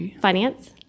Finance